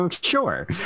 Sure